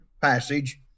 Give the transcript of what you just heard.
passage